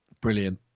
Brilliant